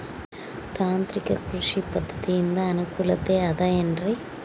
ತಾಂತ್ರಿಕ ಕೃಷಿ ಪದ್ಧತಿಯಿಂದ ಅನುಕೂಲತೆ ಅದ ಏನ್ರಿ?